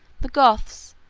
the goths,